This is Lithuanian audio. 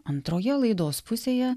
antroje laidos pusėje